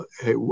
hey